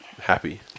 happy